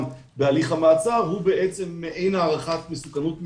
בהליך המעצר הוא מעין הערכת מסוכנות מקדמית,